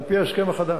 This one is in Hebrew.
על-פי ההסכם החדש.